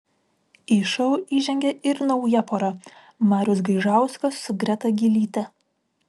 į šou įžengė ir nauja pora marius gaižauskas su greta gylyte